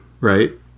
Right